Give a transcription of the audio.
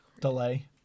Delay